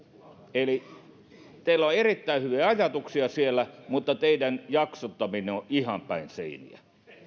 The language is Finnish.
eli teillä on erittäin hyviä ajatuksia siellä mutta teidän jaksottaminen on ihan päin seiniä